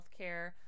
healthcare